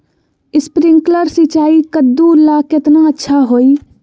Sprinkler सिंचाई कददु ला केतना अच्छा होई?